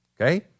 Okay